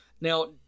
Now